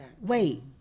wait